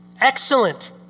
excellent